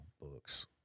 books